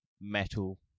metal